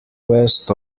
west